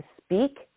speak